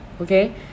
okay